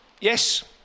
yes